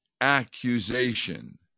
accusation